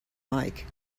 mike